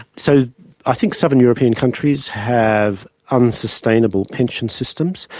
so i think southern european countries have unsustainable pension systems,